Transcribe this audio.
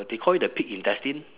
they call it the pig intestine